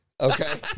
okay